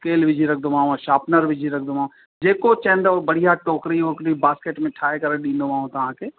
scale विझी रखंदोमांव sharpener विझी रखंदोमांव जेको चवंदव बढ़िया टोकरी वोकरी बास्केट में ठाहे करे ॾींदोमांव तव्हांखे